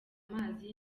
amazi